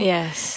Yes